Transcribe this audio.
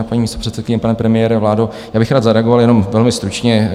Vážená paní místopředsedkyně, pane premiére, vládo, já bych rád zareagoval jenom velmi stručně.